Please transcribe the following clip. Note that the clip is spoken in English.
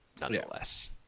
nonetheless